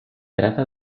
trata